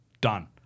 Done